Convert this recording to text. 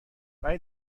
ولی